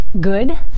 good